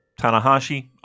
Tanahashi